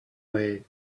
way